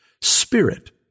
Spirit